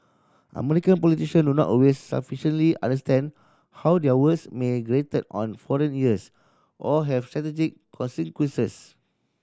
American politician do not always sufficiently understand how their words may grated on foreign ears or have strategic consequences